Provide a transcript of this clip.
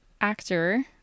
actor